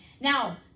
Now